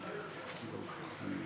הכפר.